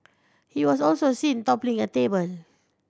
he was also seen toppling a table